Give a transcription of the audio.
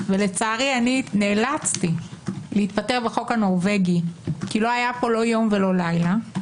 לצערי אני נאלצתי להתפטר בחוק הנורבגי כי לא היה פה לא יום ולא לילה,